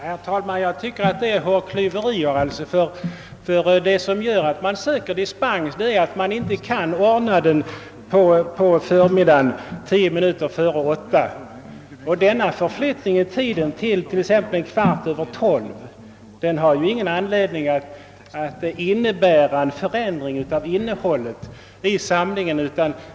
Herr talman! Jag tycker detta är hårklyverier. Anledningen till dispensansökan är att det inte går att anordna morgonsamlingen tio minuter före klockan 8 på morgonen. Denna förflyttning i tiden till exempelvis en kvart över 12 har självfallet ingen anledning att innebära någon förändring av innehållet i samlingen.